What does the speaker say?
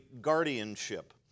guardianship